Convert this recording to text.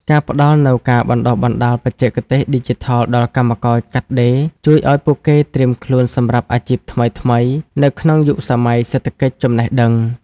ការផ្តល់នូវការបណ្តុះបណ្តាលបច្ចេកទេសឌីជីថលដល់កម្មករកាត់ដេរ ជួយឱ្យពួកគេត្រៀមខ្លួនសម្រាប់អាជីពថ្មីៗនៅក្នុងយុគសម័យសេដ្ឋកិច្ចចំណេះដឹង។